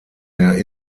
der